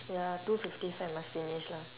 ya two fifty five must finish lah